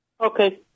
Okay